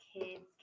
kids